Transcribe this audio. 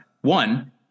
One